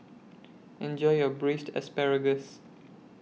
Enjoy your Braised Asparagus